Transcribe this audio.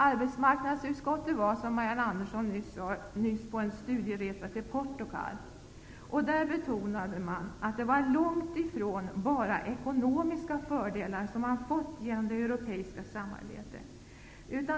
Arbetsmarknadsutskottet var nyligen på studieresa i Portugal. Där betonade man att det långt ifrån var bara ekonomiska fördelar som man hade fått genom det europeiska samarbetet.